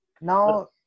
Now